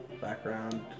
background